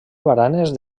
baranes